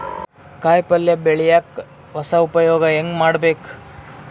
ಕಾಯಿ ಪಲ್ಯ ಬೆಳಿಯಕ ಹೊಸ ಉಪಯೊಗ ಹೆಂಗ ಮಾಡಬೇಕು?